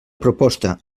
proposta